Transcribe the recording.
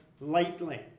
lightly